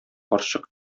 карчык